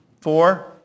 four